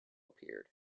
appeared